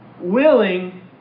willing